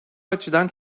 açıdan